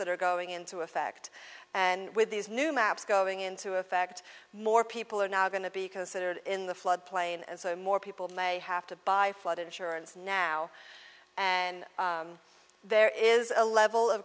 that are going into effect and with these new maps going into effect more people are now going to be considered in the flood plain and so more people may have to buy flood insurance now and there is a level of